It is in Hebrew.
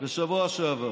בשבוע שעבר.